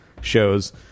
shows